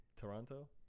Toronto